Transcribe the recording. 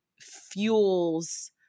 fuels